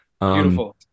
Beautiful